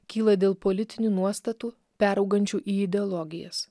kyla dėl politinių nuostatų peraugančių į ideologijas